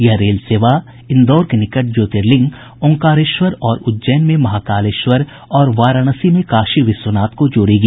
यह रेल सेवा इंदौर के निकट ज्योतिर्लिंग आंकारेश्वर और उज्जैन में महाकालेश्वर और वाराणसी में काशी विश्वनाथ को जोड़ेगी